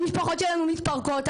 המשפחות שלנו מתפרקות,